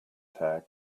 tag